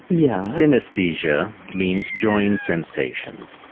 yeah synesthesia means joined sensations,